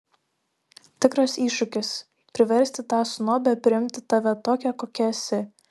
tikras iššūkis priversti tą snobę priimti tave tokią kokia esi